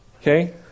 Okay